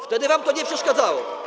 Wtedy wam to nie przeszkadzało.